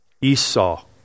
Esau